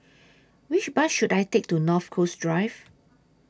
Which Bus should I Take to North Coast Drive